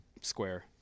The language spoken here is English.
square